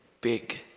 big